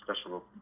special